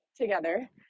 Together